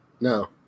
No